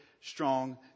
strong